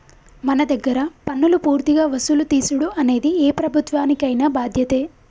మన దగ్గర పన్నులు పూర్తిగా వసులు తీసుడు అనేది ఏ ప్రభుత్వానికైన బాధ్యతే